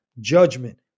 judgment